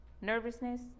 nervousness